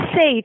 say